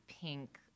pink